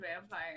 vampire